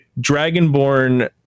Dragonborn